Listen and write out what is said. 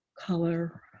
color